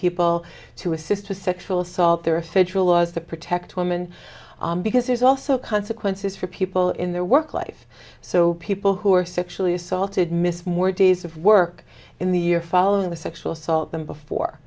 people to assist with sexual assault there are federal laws that protect women because there's also consequences for people in their work life so people who are sexually assaulted miss more days of work in the year following the sexual assault them before